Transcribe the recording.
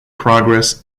progress